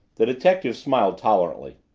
the detective smiled tolerantly.